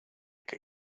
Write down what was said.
que